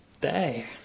day